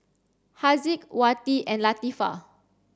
Haziq Wati and Latifa